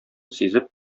сизеп